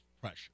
pressure